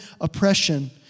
oppression